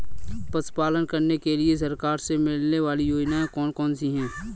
पशु पालन करने के लिए सरकार से मिलने वाली योजनाएँ कौन कौन सी हैं?